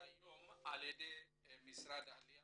כיום על ידי משרד העלייה